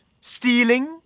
Stealing